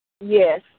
Yes